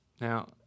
Now